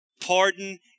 pardon